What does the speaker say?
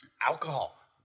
alcohol